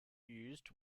used